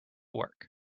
work